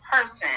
person